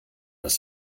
was